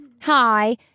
Hi